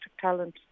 talent